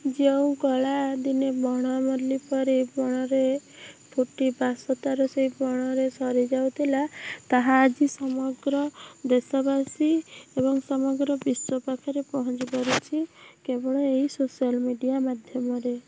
ଯେଉଁ କଳା ଦିନେ ବଣମଲ୍ଲୀ ପରି ବଣରେ ଫୁଟି ବାସ ତା'ର ସେଇ ବଣରେ ସରିଯାଉଥିଲା ତାହା ଆଜି ସମଗ୍ର ଦେଶବାସୀ ଏବଂ ସମଗ୍ର ବିଶ୍ୱ ପାଖରେ ପହଞ୍ଚିପାରୁଛି କେବଳ ଏହି ସୋସିଆଲ୍ ମିଡ଼ିଆ ମାଧ୍ୟମରେ